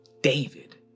David